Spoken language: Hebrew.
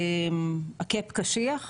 הקאפ קשיח,